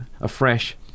afresh